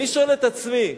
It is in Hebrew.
אני שואל את עצמי,